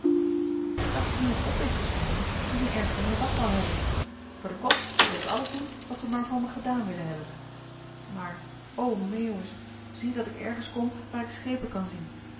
dat je iemand op wist te schommelen die me ergens onder dak wou hebben voor den kost wil ik alles doen wat ze maar van me gedaan willen hebben maar o meeuwis zie dat ik ergens kom waar ik schepen kan zien